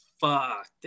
fuck